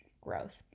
gross